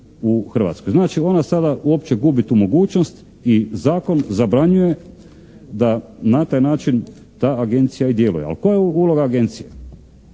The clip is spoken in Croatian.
u Hrvatskoj. Znači, ona sada uopće gubi tu mogućnost i Zakon zabranjuje da na taj način ta Agencija i djeluje. Ali koja je uloga Agencije?